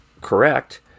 correct